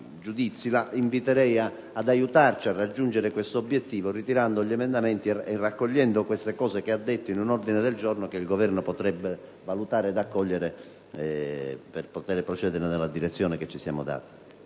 ma inviterei ad aiutarci a raggiungere questo obiettivo, ritirando gli emendamenti e raccogliendo quanto detto in ondine del giorno che il Governo potrebbe valutare ed accogliere per poter procedere nella direzione che ci siamo dati.